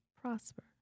prosper